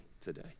today